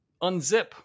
unzip